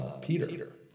Peter